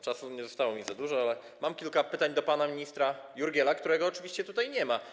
Czasu nie zostało mi za dużo, ale mam kilka pytań do pana ministra Jurgiela, którego oczywiście tutaj nie ma.